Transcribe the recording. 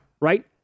Right